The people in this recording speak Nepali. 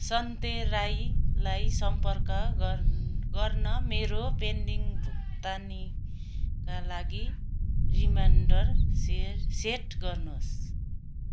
सन्ते राईलाई सम्पर्क गन् गर्न मेरो पेन्डिङ भुक्तानीका लागि रिमाइन्डर से सेट गर्नुहोस्